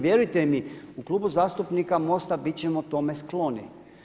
Vjerujte mi u Klubu zastupnika MOST-a bit ćemo tome skloni.